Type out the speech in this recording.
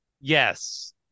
yes